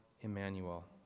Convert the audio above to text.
Emmanuel